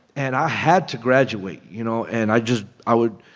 and i had to graduate, you know. and i just i would